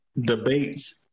debates